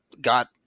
Got